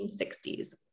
1960s